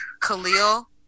Khalil